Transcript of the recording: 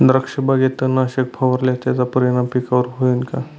द्राक्षबागेत तणनाशक फवारल्यास त्याचा परिणाम पिकावर होईल का?